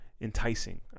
enticing